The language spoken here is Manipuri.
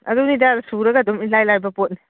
ꯑꯗꯨꯅꯤꯗ ꯁꯨꯔꯒ ꯑꯗꯨꯝ ꯏꯂꯥꯏ ꯂꯥꯏꯕ ꯄꯣꯠꯅꯤ